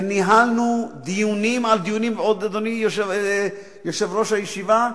וניהלנו דיונים על דיונים, אדוני יושב-ראש הישיבה,